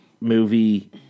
movie